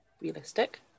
Realistic